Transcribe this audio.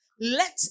let